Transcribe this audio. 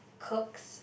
cooks